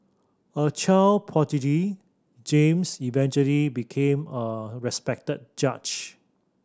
a child prodigy James eventually became a respected judge